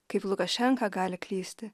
kaip lukašenka gali klysti